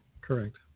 Correct